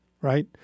right